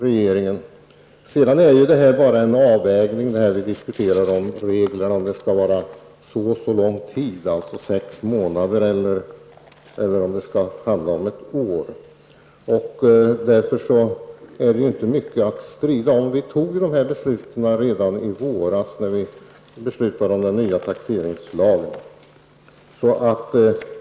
Herr talman! Det vi diskuterar i fråga om reglerna är bara en avvägning om dessa skall gälla för sex månader eller ett år. Därför är det inte mycket att strida om. Vi fattade dessa beslut redan i våras när vi beslutade om den nya taxeringslagen.